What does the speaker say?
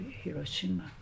Hiroshima